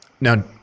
Now